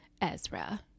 Ezra